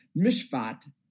mishpat